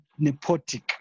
nepotic